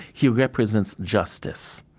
he represents justice,